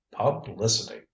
publicity